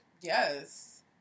yes